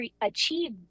achieve